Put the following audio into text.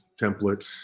templates